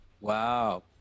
Wow